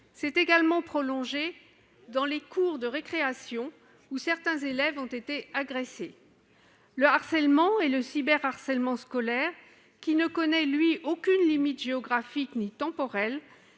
s'est également prolongé dans les cours de récréation, où certains élèves ont été agressés. Le harcèlement, notamment le cyberharcèlement scolaire, qui ne connaît, lui, aucune limite géographique ni temporelle,